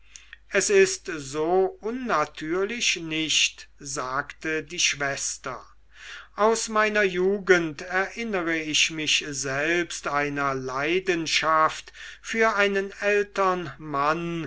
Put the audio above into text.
es ist so unnatürlich nicht sagte die schwester aus meiner jugend erinnere ich mich selbst einer leidenschaft für einen älteren mann